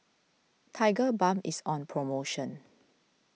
Tigerbalm is on promotion